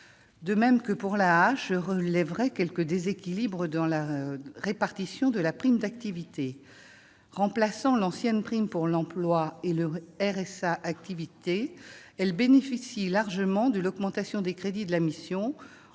De même que pour l'AAH, je relèverai quelques déséquilibres dans la répartition de la prime d'activité. Remplaçant l'ancienne prime pour l'emploi et le RSA activité, elle bénéficie largement de l'augmentation des crédits de la mission en